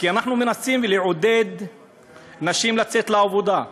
כי אנחנו מנסים לעודד נשים לצאת לעבודה,